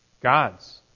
God's